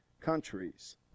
countries